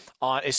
on